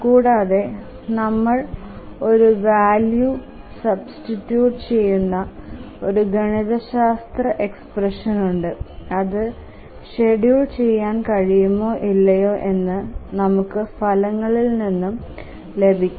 കൂടാതെ നമ്മൾ ഒരു വാല്യൂ സബ്സ്ടിട്യൂറ്റ് ചെയുന്ന ഒരു ഗണിതശാസ്ത്ര എക്സ്പ്രഷനുണ്ട് അത് ഷെഡ്യൂൾ ചെയ്യാൻ കഴിയുമോ ഇല്ലയോ എന്ന് നമുക്ക് ഫലങ്ങൾ നിന്നും ലഭിക്കും